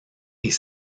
est